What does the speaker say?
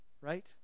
right